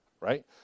right